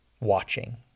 watching